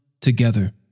together